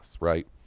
Right